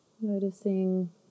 Noticing